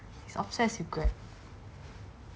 he's obsess with greg